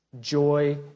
joy